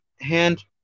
hand